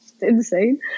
insane